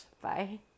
Bye